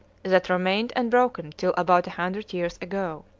that remained unbroken till about a hundred years ago.